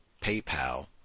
PayPal